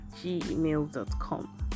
gmail.com